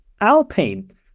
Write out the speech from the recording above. Alpine